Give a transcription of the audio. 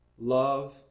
love